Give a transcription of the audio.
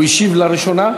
הוא השיב על הראשונה?